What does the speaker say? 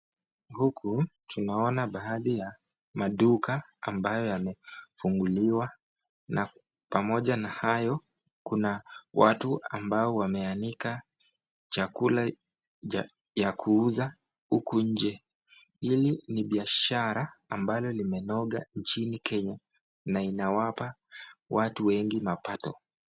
Huku tunaona baadhi ya maduka ambayo yamefunguliwa na pamoja na hayo kuna watu ambao wameanika chakula ya kuuza huku nje. Hili ni biashara ambalo limenoga nchini Kenya na inawapa watu wengi mapato.